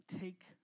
take